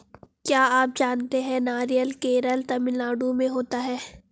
क्या आप जानते है नारियल केरल, तमिलनाडू में होता है?